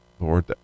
Lord